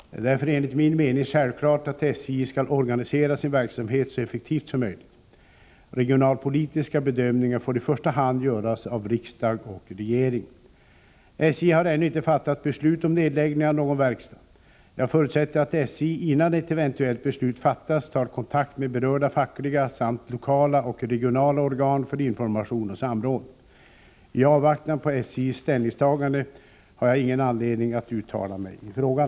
Det är därför enligt min mening självklart att SJ skall organisera sin verksamhet så effektivt som möjligt. Regionalpolitiska bedömningar får i första hand göras av riksdag och regering. SJ har ännu inte fattat beslut om nedläggning av någon verkstad. Jag förutsätter att SJ innan ett eventuellt beslut fattas tar kontakt med berörda fackliga samt lokala och regionala organ för information och samråd. I avvaktan på SJ:s ställningstagande har jag ingen anledning att uttala mig i frågan.